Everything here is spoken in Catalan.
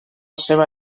seva